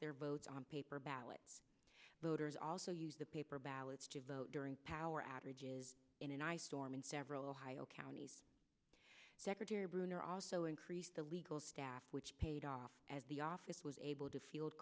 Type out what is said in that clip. their votes on paper ballots voters also used the paper ballots to vote during power outages in an ice storm in several ohio counties secretary bruner also increased the legal staff which paid off at the office was able to field